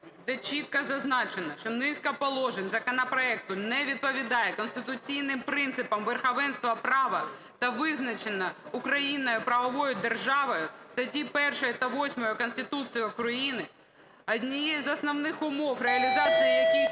де чітко зазначено, що низка положень законопроекту не відповідає конституційним принципам верховенства права та визначено Україною правової держави в статті 1 та 8 Конституції України однією з основних умов, реалізацією яких